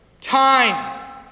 Time